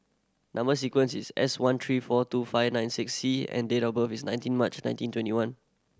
number sequence is S one three four two five nine six C and date of birth is nineteen March nineteen twenty one